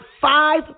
five